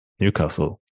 Newcastle